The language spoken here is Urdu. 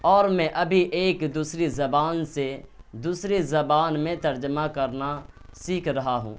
اور میں ابھی ایک دوسری زبان سے دوسری زبان میں ترجمہ کرنا سیکھ رہا ہوں